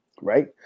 Right